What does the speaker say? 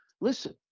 listen